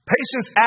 Patience